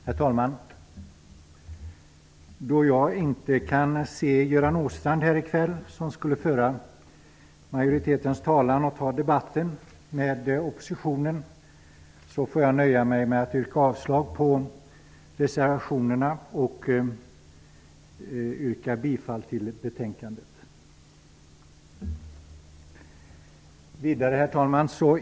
Herr talman! Då jag inte kan se Göran Åstrand här i kväll som skulle föra majoritetens talan i debatten med oppositionen får jag nöja mig med att yrka avslag på reservationerna och yrka bifall till hemställan i betänkandet. Herr talman!